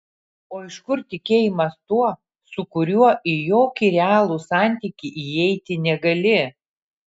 o iš kur tikėjimas tuo su kuriuo į jokį realų santykį įeiti negali